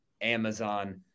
Amazon